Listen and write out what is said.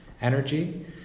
energy